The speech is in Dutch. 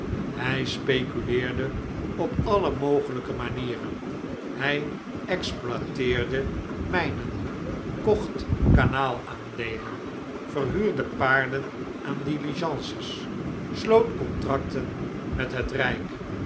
hij speculeerde op alle mogelijke manieren hij exploiteerde mijnen kocht kanaalaandeelen verliuurde paarden aan diligences sloot contracten met het rijk